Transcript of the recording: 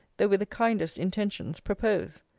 though with the kindest intentions, propose.